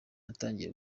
natangiye